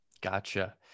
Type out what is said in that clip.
Gotcha